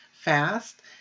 fast